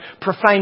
profane